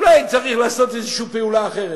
אולי צריך לעשות איזו פעולה אחרת,